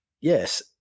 yes